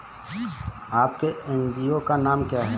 आपके एन.जी.ओ का नाम क्या है?